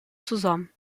zusammen